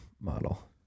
model